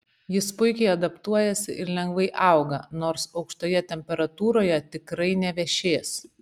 jis puikiai adaptuojasi ir lengvai auga nors aukštoje temperatūroje tikrai nevešės